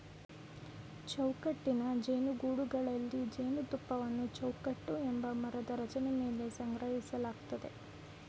ಚೌಕಟ್ಟಿನ ಜೇನುಗೂಡುಗಳಲ್ಲಿ ಜೇನುತುಪ್ಪವನ್ನು ಚೌಕಟ್ಟು ಎಂಬ ಮರದ ರಚನೆ ಮೇಲೆ ಸಂಗ್ರಹಿಸಲಾಗ್ತದೆ